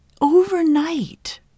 overnight –